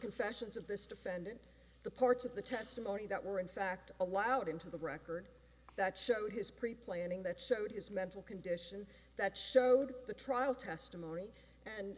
confessions of this defendant the parts of the testimony that were in fact allowed into the record that showed his pre planning that showed his mental condition that showed the trial testimony and